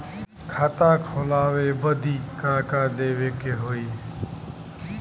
खाता खोलावे बदी का का देवे के होइ?